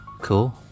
Cool